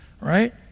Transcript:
right